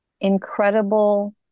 incredible